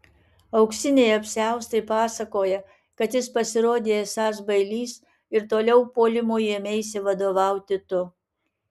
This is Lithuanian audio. auksiniai apsiaustai pasakoja kad jis pasirodė esąs bailys ir toliau puolimui ėmeisi vadovauti tu